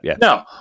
No